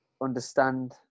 understand